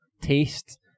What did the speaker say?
taste